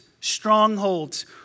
strongholds